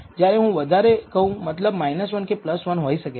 જ્યારે હું વધારે કહું મતલબ કે 1 કે 1 હોઈ શકે